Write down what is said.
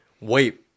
wait